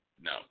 no